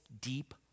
deep